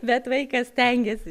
bet vaikas stengėsi